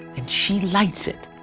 and she lights it.